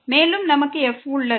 மேலும் நமக்கு f உள்ளது